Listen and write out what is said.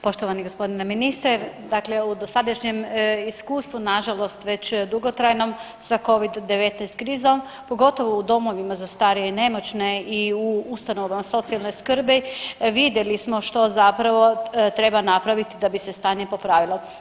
Poštovani g. ministre, dakle u dosadašnjem iskustvu, nažalost već dugotrajnom sa Covid-19 krizom, pogotovo u domovima za starije i nemoćne i u ustanovama socijalni skrbi vidjeli smo što zapravo treba napraviti da bi se stanje popravilo.